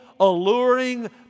alluring